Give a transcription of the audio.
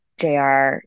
Jr